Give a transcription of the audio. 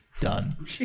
done